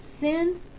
sin